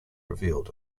revealed